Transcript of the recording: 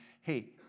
hey